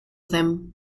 them